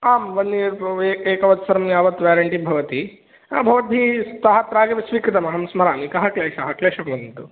आं one year प्रोवै एकवत्सरं यावत् वेरेण्टि भवति भवद्भिः स्था प्रागेव स्वीकृतम् अहं स्मरामि कः क्लेशः क्लेशं वदन्तु